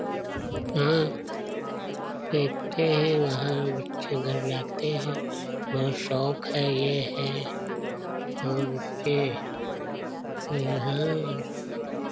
हाँ देखते हैं वहाँ बच्चे घर जाते हैं बहुत शौख है ये है और उसके यहाँ